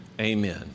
amen